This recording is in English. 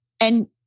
and-